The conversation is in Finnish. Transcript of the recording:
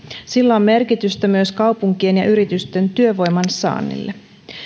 sillä on merkitystä myös kaupunkien ja ja yritysten työvoiman saannille